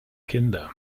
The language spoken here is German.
kinder